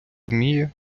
вміє